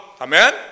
Amen